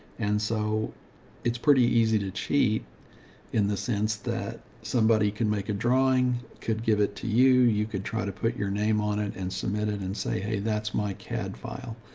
and so it's pretty easy to cheat in the sense that somebody can make a drawing could give it to you. you could try to put your name on it and submit it and say, hey, that's my cad file.